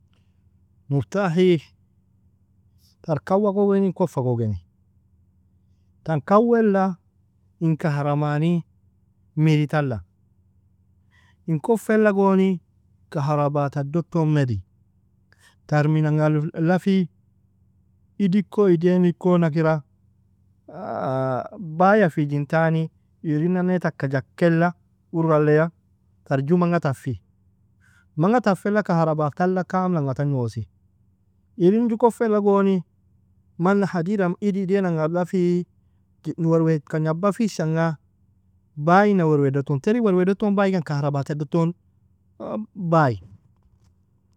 Moftahi, tar kawa gon genin kofa gon genin, tan kaweila in kahramani miri tala, in koffela goni kahraba tadoton meri, tar minan ga ala fi? Idd iko idain ko nakira, baia fijintani, irin'ane taka jakkela urralia, tar ju manga taffi, manga tafela kahraba tala kamlanga tagnosi, irin ju kofela goni, mana hadida idd idaina'ng ala fi, werwaika gnaba fishanga, bainan werwaidoton, terin werwaidon baikan kahraba tedoton bai.